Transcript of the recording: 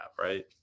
right